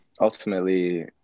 ultimately